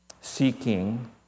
seeking